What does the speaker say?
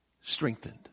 strengthened